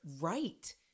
right